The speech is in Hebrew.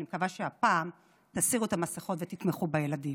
ואני מקווה שהפעם תסירו את המסכות ותתמכו בילדים.